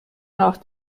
nach